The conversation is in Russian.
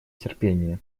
терпение